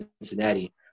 Cincinnati